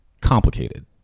complicated